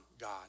God